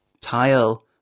Tile